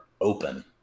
open